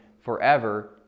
forever